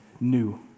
new